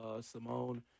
Simone